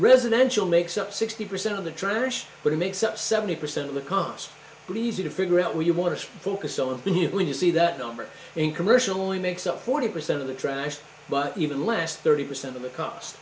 residential makes up sixty percent of the trash but it makes up seventy percent of the cons please you to figure out where you want to focus on here when you see that number in commercial only makes up forty percent of the trash but even last thirty percent of the cost